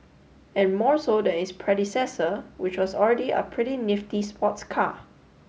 and more so than its predecessor which was already a pretty nifty sports car